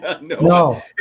No